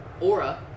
Aura